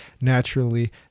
naturally